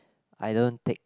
I don't take